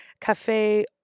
cafe